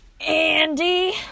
Andy